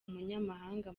umunyamabanga